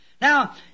Now